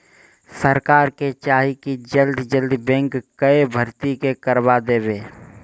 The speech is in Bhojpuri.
सरकार के चाही की जल्दी जल्दी बैंक कअ भर्ती के करवा देवे